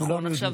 כולנו יודעים.